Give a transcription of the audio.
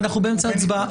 אנחנו באמצע הצבעה.